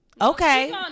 okay